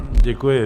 Děkuji.